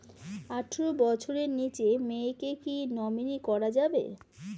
আঠারো বছরের নিচে মেয়েকে কী নমিনি করা যাবে?